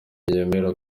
yemera